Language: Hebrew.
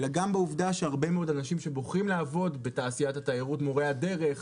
אלא גם משום שאנשים שבוחרים לעבוד בתעשיית התיירות כמו מורי הדרך,